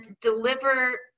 deliver